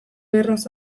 erraz